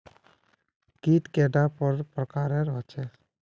कीट कैडा पर प्रकारेर होचे?